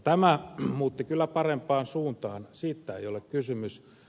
tämä muutti kyllä parempaan suuntaan siitä ei ole kysymys